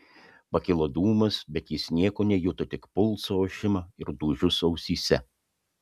pakilo dūmas bet jis nieko nejuto tik pulso ošimą ir dūžius ausyse